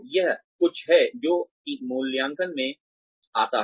तो यह कुछ है जो कि मूल्यांकन में आता है